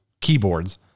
keyboards